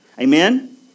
Amen